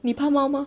你怕猫吗